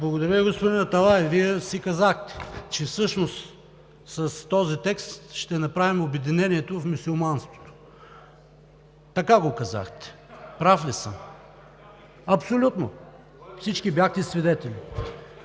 Благодаря, господин Аталай. Вие казахте, че всъщност с този текст ще направим обединението в мюсюлманството – така го казахте! Прав ли съм? Абсолютно всички бяхте свидетели.